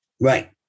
Right